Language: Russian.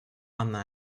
анна